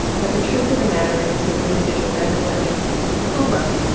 but the truth of the matter is, with individual and collective trauma,